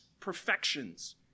perfections